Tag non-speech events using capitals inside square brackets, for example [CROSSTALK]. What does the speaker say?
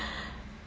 [BREATH]